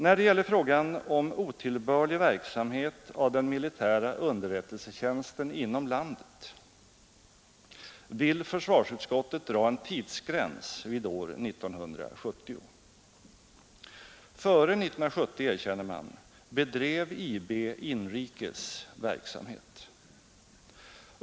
När det gäller frågan om otillbörlig verksamhet av den militära underrättelsetjänsten inom landet vill försvarsutskottet dra en tidsgräns vid år 1970. Före 1970, erkänner man, bedrev IB inrikes verksamhet.